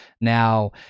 Now